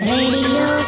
Radio